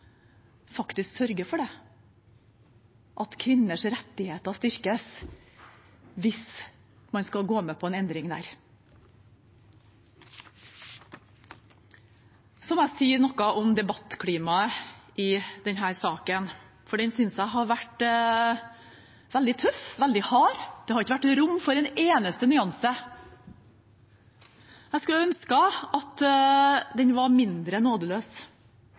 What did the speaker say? faktisk sørger for det, at kvinners rettigheter styrkes hvis man skal gå med på en endring. Så må jeg si noe om debattklimaet i denne saken, for det synes jeg har vært veldig tøft, veldig hardt. Det har ikke vært rom for en eneste nyanse. Jeg skulle ønske det var mindre